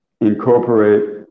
incorporate